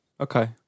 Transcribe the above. Okay